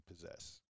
possess